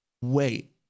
Wait